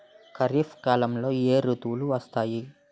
ఖరిఫ్ కాలంలో ఏ ఋతువులు వస్తాయి?